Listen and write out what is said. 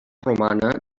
romana